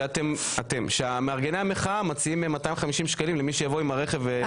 שאתם שמארגני המחאה מציעים 250 שקלים למי שיבוא את הרכב וייסע לעט,